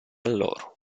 loro